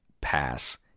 pass